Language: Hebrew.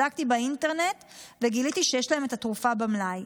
בדקתי באינטרנט וגיליתי שיש להם את התרופה במלאי.